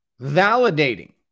validating